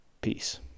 Peace